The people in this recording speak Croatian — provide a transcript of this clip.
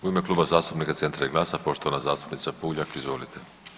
U ime Kluba zastupnika Centra i GLAS-a poštovana zastupnica Puljak, izvolite.